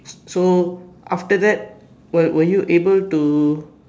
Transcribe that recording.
so after that were were you able to